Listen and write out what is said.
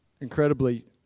incredibly